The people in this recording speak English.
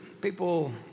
people